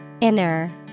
Inner